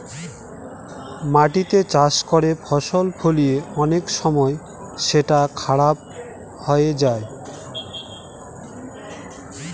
মাটিতে চাষ করে ফসল ফলিয়ে অনেক সময় সেটা খারাপ হয়ে যায়